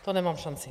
To nemám šanci.